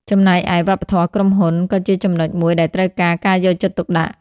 ចំណែកឯ វប្បធម៌ក្រុមហ៊ុន ក៏ជាចំណុចមួយដែលត្រូវការការយកចិត្តទុកដាក់។